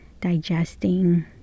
digesting